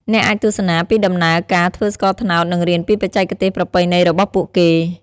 អ្នកអាចទស្សនាពីដំណើរការធ្វើស្ករត្នោតនិងរៀនពីបច្ចេកទេសប្រពៃណីរបស់ពួកគេ។